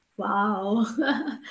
Wow